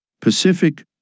Pacific